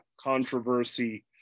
controversy